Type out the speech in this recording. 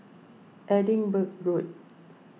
Edinburgh Road